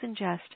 ingest